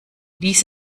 lies